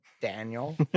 Daniel